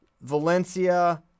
Valencia